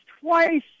twice